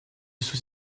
sous